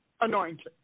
anointing